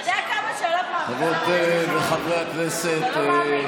חברות וחברי הכנסת,